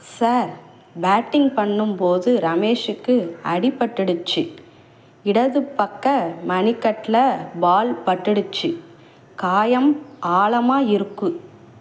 sir batting பண்ணும் போது ரமேஷுக்கு அடி பட்டுருச்சு இடது பக்க மணிக்கட்டில் பால் பட்டுச்சு காயம் ஆழமா இருக்குது